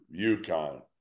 UConn